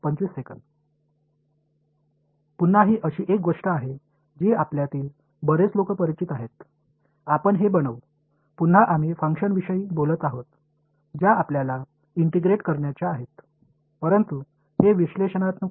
மீண்டும் நாம் ஒருங்கிணைக்க விரும்பும் ஃபங்ஷன்களைப் பற்றி பேசுகிறோம் ஆனால் அதை பகுப்பாய்வு ரீதியாக செய்ய முடியாது அதுவே எங்கள் தோராயமாகும்